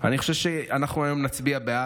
אני חושב שאנחנו נצביע היום בעד,